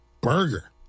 burger